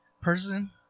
person